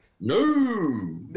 No